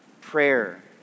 prayer